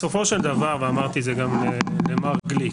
בסופו של דבר, אמרתי את זה גם למר גליק.